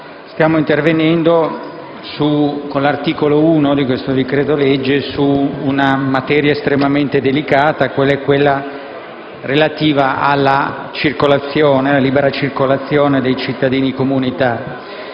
Stiamo intervenendo, con l'articolo 1 di questo decreto-legge, su una materia estremamente delicata, qual è quella relativa alla libera circolazione dei cittadini comunitari,